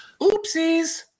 Oopsies